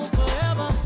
forever